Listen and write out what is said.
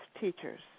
teachers